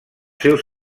seus